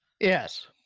Yes